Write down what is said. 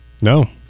No